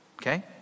okay